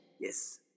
Yes